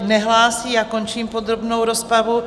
Nehlásí, končím podrobnou rozpravu.